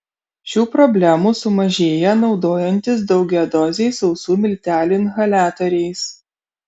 šių problemų sumažėja naudojantis daugiadoziais sausų miltelių inhaliatoriais